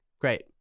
Great